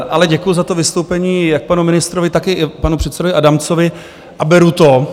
Ale děkuju za to vystoupení jak panu ministrovi, tak i panu předsedovi Adamcovi, a beru to.